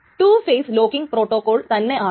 T യുടെ timestamp T 1 നേക്കാൾ ചെറുതാണ്